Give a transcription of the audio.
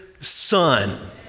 Son